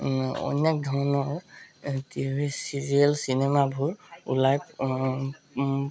অনেক ধৰণৰ T V serial চিনেমাবোৰ ওলাই